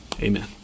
Amen